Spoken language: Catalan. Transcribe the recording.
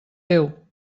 déu